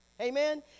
Amen